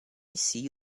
see